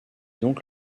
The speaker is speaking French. donc